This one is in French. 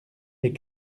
les